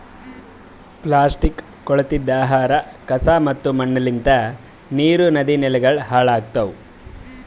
plastic, ಕೊಳತಿದ್ ಆಹಾರ, ಕಸಾ ಮತ್ತ ಮಣ್ಣಲಿಂತ್ ನೀರ್, ನದಿ, ನೆಲಗೊಳ್ ಹಾಳ್ ಆತವ್